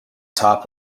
top